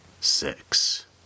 six